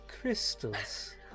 Crystals